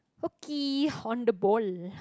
okie horn the ball